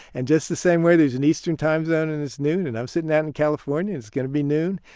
and just the same way there's an eastern time zone and it's noon, and i'm sitting down in california, and it's going to be noon,